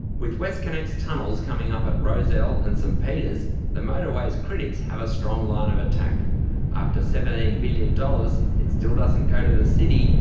with westconnex tunnels coming up at rozelle and st peters, the motorway's critics have a strong line of attack after seventeen billion dollars, it still doesn't go to the city,